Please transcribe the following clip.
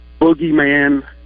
boogeyman